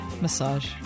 Massage